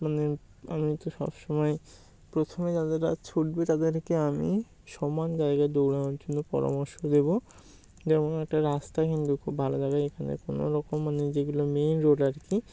মানে আমি তো সব সমময় প্রথমে যারা ছুটবে তাদেরকে আমি সমান জায়গায় দৌড়ানোর জন্য পরামর্শ দেবো যেমন একটা রাস্তা কিন্তু খুব ভালো জায়গা এখানে কোনো রকম মানে যেগুলো মেইন রোড আর কি